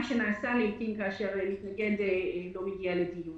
מה שנעשה לעתים כאשר מתנגד לא מגיע לדיון.